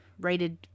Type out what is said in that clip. rated